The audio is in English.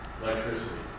electricity